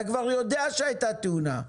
אתה כבר יודע שהייתה תאונה,